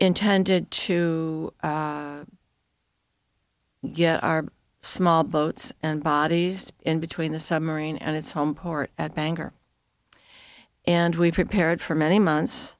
intended to get our small boats and bodies in between the submarine and its home port at bangor and we prepared for many months